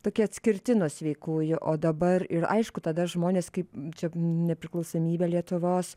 tokie atskirti nuo sveikųjų o dabar ir aišku tada žmonės kaip čia nepriklausomybė lietuvos